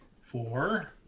Four